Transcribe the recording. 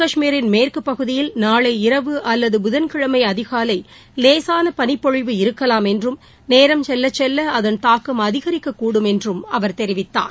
கஷ்மீரின் மேற்குபகுதியில் ஜம்மு நாளை இரவு அல்லது புதன்கிழமைஅதிகாலைலேசானபனிப்பொழிவு இருக்கலாம் என்றும் நேரம் செல்லசெல்லஅதன் தாக்கம் அதிகரிக்கக்கூடும் என்றும் அவர் தெரிவித்தார்